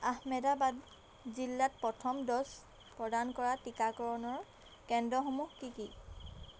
আহমেদাবাদ জিলাত প্ৰথম ড'জ প্ৰদান কৰা টীকাকৰণ কেন্দ্ৰসমূহ কি কি